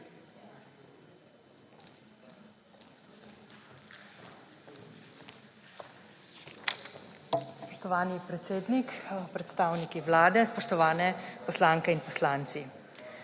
Spoštovani predsednik, predstavniki vlade, spoštovane poslanke in poslanci!